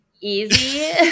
easy